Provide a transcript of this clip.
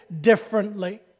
differently